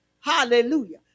Hallelujah